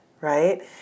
right